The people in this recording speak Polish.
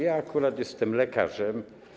Ja akurat jestem lekarzem.